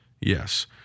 Yes